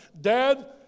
Dad